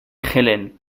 helen